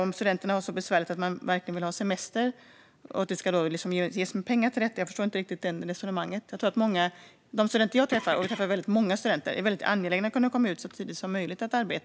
Om studenterna har det så besvärligt undrar jag om de verkligen vill ha semester och om det då ska ges pengar till detta. Jag förstår inte riktigt det resonemanget. De studenter jag träffar - och jag träffar många - är angelägna om att kunna komma ut och arbeta så tidigt som möjligt.